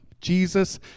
Jesus